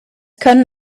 können